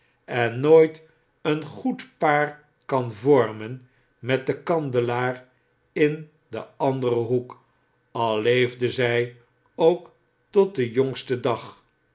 en nooit een goed paar kan vormen met den kandelaar in den anaeren hoek al leefde zy ook tot den jongsten dag